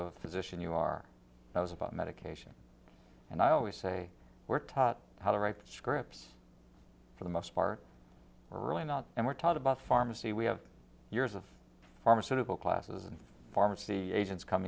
of position you are now is about medication and i always say we're taught how to write scripts for the most part we're really not and we're taught about pharmacy we have years of pharmaceutical classes and pharmacy agents com